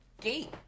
gate